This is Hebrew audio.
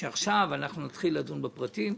עכשיו להתחיל לדון בפרטים.